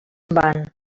van